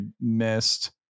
missed